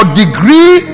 degree